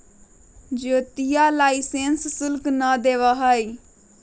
ज्योतिया लाइसेंस शुल्क ना देवा हई